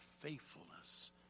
faithfulness